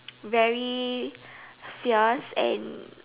very fierce and